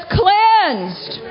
cleansed